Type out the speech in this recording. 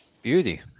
Beauty